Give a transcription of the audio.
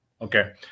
Okay